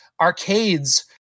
arcades